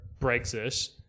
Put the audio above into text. Brexit